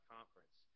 Conference